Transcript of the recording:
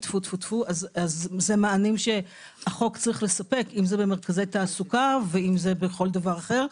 אז זה מענים שהחוק צריך לספק אם זה במרכזי תעסוקה או בכל דבר אחר.